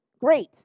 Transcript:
Great